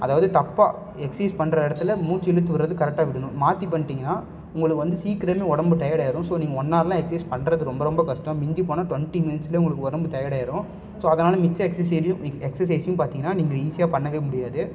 அதாவது தப்பாக எக்சைஸ் பண்ணுற இடத்துல மூச்சு இழுத்து விடுறது வந்து கரெக்டாக விடுணும் மாற்றி பண்ணிவிட்டிங்கன்னா உங்களுக்கு வந்து சீக்கிரமே உடம்பு டயர்ட் ஆயிரும் ஸோ நீங்கள் ஒன் ஹார்லாம் எக்சைஸ் பண்ணுறது ரொம்ப ரொம்ப கஷ்டம் மிஞ்சி போன டுவெண்ட்டி மினிட்ஸ்லே உங்களுக்கு உதம்பு டயர்ட் ஆயிரும் ஸோ அதனால் மிச்ச எக்ஸசைடையும் எக்ஸசைஸயும் பார்த்திங்கன்னா நீங்கள் ஈஸியாக பண்ணவே முடியாது